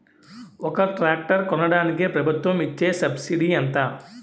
ఒక ట్రాక్టర్ కొనడానికి ప్రభుత్వం ఇచే సబ్సిడీ ఎంత?